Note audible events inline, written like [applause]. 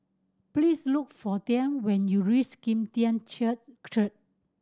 please look for Tiney when you reach Kim Tian [unintelligible]